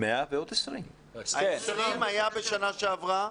100 ועוד 20. ה-20 היה בשנה שעברה,